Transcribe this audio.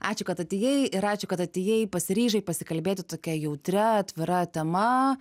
ačiū kad atėjai ir ačiū kad atėjai pasiryžai pasikalbėti tokia jautria atvira tema